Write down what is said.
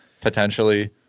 potentially